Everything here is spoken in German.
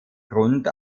grund